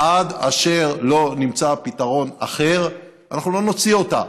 עד אשר לא נמצא פתרון אחר, אנחנו לא נוציא אותה.